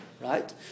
right